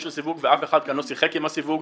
של סיווג ואף אחד כאן לא שיחק עם הסיווג,